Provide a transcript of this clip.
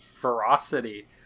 ferocity